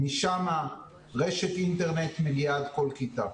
משם רשת אינטרנט מגיעה עד כל כיתה.